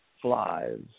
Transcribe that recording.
Flies